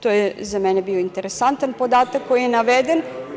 To je za mene bio interesantan podatak koji je naveden.